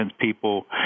people